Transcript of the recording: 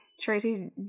Tracy